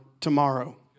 tomorrow